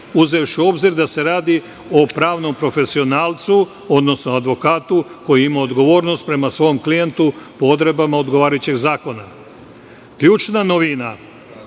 uzevši u obzir da se radi o pravnom profesionalcu, odnosno advokatu koji ima odgovornost prema svom klijentu po odredbama odgovarajućeg zakona. Ključna novina